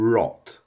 Rot